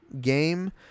game